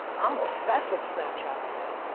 i'm obsessed with snapchat right now.